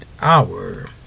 Hour